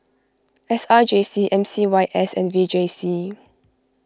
S R J C M C Y S and V J C